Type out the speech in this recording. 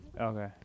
Okay